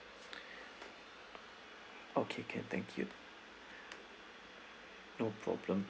okay can thank you no problem